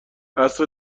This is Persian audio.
عصر